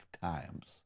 times